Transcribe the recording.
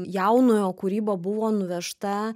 jaunojo kūryba buvo nuvežta